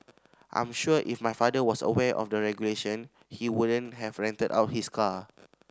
I'm sure if my father was aware of the regulation he wouldn't have rented out his car